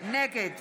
נגד